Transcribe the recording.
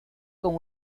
con